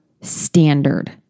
standard